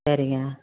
சரிங்க